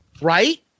Right